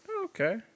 Okay